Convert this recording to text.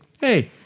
hey